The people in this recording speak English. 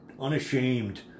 unashamed